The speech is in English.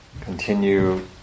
continue